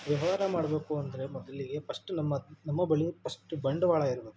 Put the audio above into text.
ವ್ಯವಹಾರ ಮಾಡಬೇಕು ಅಂದರೆ ಮೊದಲಿಗೆ ಫಸ್ಟ್ ನಮ್ಮ ನಮ್ಮ ಬಳಿ ಫಸ್ಟ್ ಬಂಡವಾಳ ಇರಬೇಕು